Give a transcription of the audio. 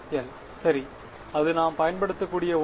1 சரி அது நாம் பயன்படுத்தக்கூடிய ஒன்று